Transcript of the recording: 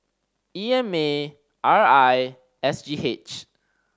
E M A R I and S G H